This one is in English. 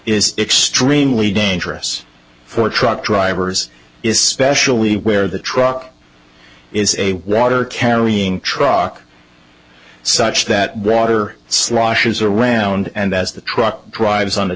is extremely dangerous for truck drivers is specially where the truck is a water carrying truck such that water sloshes around and as the truck drives on